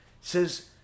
Says